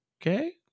okay